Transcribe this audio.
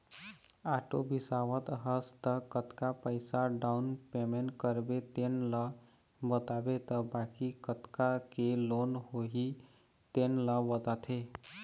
auto बिसावत हस त कतका पइसा डाउन पेमेंट करबे तेन ल बताबे त बाकी कतका के लोन होही तेन ल बताथे